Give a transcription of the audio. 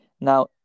Now